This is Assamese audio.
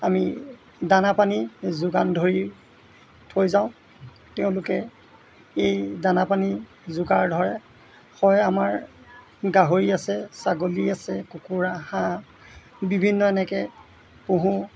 আমি দানা পানী যোগান ধৰি থৈ যাওঁ তেওঁলোকে এই দানা পানী যোগাৰ ধৰে হয় আমাৰ গাহৰি আছে ছাগলী আছে কুকুৰা হাঁহ বিভিন্ন এনেকে পুহোঁ